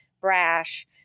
brash